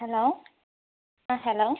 hello ആ hello